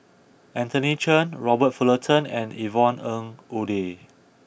Anthony Chen Robert Fullerton and Yvonne Ng Uhde